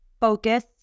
focus